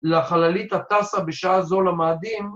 ‫לחללית הטסה בשעה זו למאדים.